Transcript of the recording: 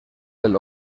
del